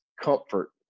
comfort